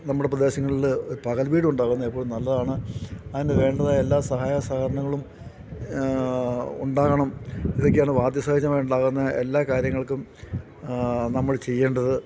നമ്മുടെ പ്രദേശങ്ങളില് പകൽവീടുണ്ടാകുന്നത് എപ്പോഴും നല്ലതാണ് അതിനു വേണ്ടതായ എല്ലാ സഹായ സഹകരണങ്ങളും ഉണ്ടാകണം ഇതൊക്കെയാണു വാര്ധക് സഹജമായിട്ടുണ്ടാകാവുന്ന എല്ലാ കാര്യങ്ങൾക്കും നമ്മൾ ചെയ്യേണ്ടത്